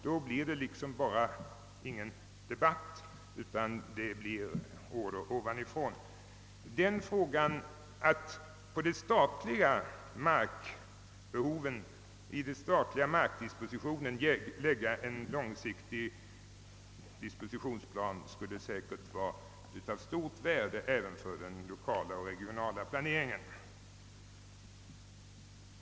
Då blir det ingen debatt, utan det blir order ovanifrån. En långsiktig dispositionsplan för den statliga markdispositionen skulle säkert vara av stort värde även för den lokala och regionala planeringen.